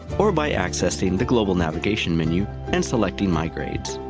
or by accessing the global navigation menu, and selecting my grades.